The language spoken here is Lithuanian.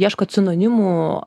ieškot sinonimų